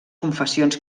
confessions